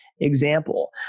example